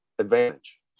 advantage